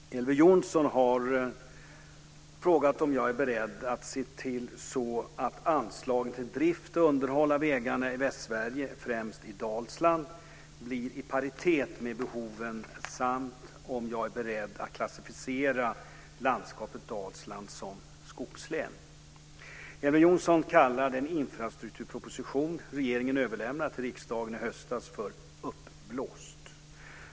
Fru talman! Elver Jonsson har frågat om jag är beredd att se till så att anslagen till drift och underhåll av vägarna i Västsverige, främst i Dalsland, blir i paritet med behoven samt om jag är beredd att klassificera landskapet Dalsland som "skogslän". Elver Jonsson kallar den infrastrukturproposition regeringen överlämnade till riksdagen i höstas för uppblåst.